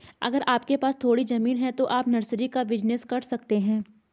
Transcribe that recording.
अगर आपके पास थोड़ी ज़मीन है तो आप नर्सरी का बिज़नेस कर सकते है